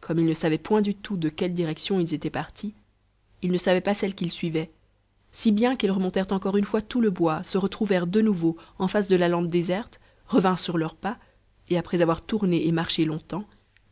comme ils ne savaient point du tout de quelle direction ils étaient partis ils ne savaient pas celle qu'ils suivaient si bien qu'ils remontèrent encore une fois tout le bois se retrouvèrent de nouveau en face de la lande déserte revinrent sur leurs pas et après avoir tourné et marché longtemps